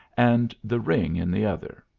and the ring in the other.